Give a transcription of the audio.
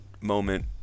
moment